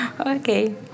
Okay